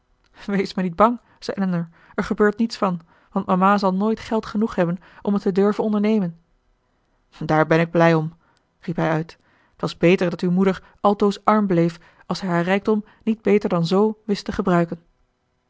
wees maar niet bang zei elinor er gebeurt niets van want mama zal nooit geld genoeg hebben om het te durven ondernemen daar ben ik blij om riep hij uit t was beter dat uw moeder altoos arm bleef als zij haar rijkdom niet beter dan z wist te gebruiken